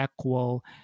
equal